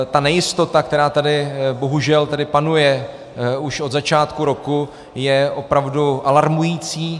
Ta nejistota, která tady bohužel tedy panuje už od začátku roku, je opravdu alarmující.